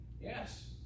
yes